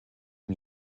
him